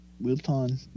Wilton